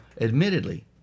admittedly